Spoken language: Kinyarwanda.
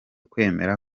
kwemera